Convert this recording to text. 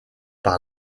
par